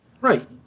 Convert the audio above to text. Right